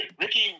Ricky